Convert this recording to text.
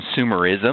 consumerism